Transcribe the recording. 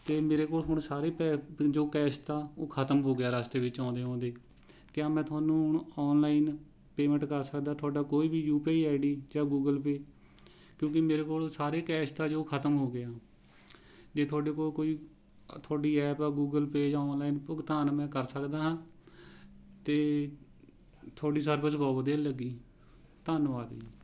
ਅਤੇ ਮੇਰੇ ਕੋਲ ਹੁਣ ਸਾਰੇ ਪੈ ਜੋ ਕੈਸ਼ ਤਾ ਉਹ ਖਤਮ ਹੋ ਗਿਆ ਰਸਤੇ ਵਿੱਚ ਆਉਂਦੇ ਆਉਂਦੇ ਕਿਆ ਮੈਂ ਤੁਹਾਨੂੰ ਔਨਲਾਈਨ ਪੈਮੇਂਟ ਕਰ ਸਕਦਾ ਤੁਹਾਡਾ ਕੋਈ ਵੀ U P I I D ਜਾਂ ਗੂਗਲ ਪੇਅ ਕਿਉਂਕਿ ਮੇਰੇ ਕੋਲ ਸਾਰੇ ਕੈਸ਼ ਤਾ ਜੋ ਖਤਮ ਹੋ ਗਿਆ ਜੇ ਤੁਹਾਡੇ ਕੋਲ ਕੋਈ ਤੁਹਾਡੀ ਐਪ ਆ ਗੂਗਲ ਪੇਅ ਜਾਂ ਔਨਲਾਈਨ ਭੁਗਤਾਨ ਮੈਂ ਕਰ ਸਕਦਾ ਹਾਂ ਅਤੇ ਤੁਹਾਡੀ ਸਰਵਿਸ ਬਹੁਤ ਵਧੀਆ ਲੱਗੀ ਧੰਨਵਾਦ ਜੀ